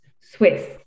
Swiss